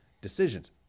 decisions